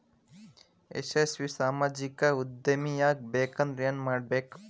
ಯಶಸ್ವಿ ಸಾಮಾಜಿಕ ಉದ್ಯಮಿಯಾಗಬೇಕಂದ್ರ ಏನ್ ಮಾಡ್ಬೇಕ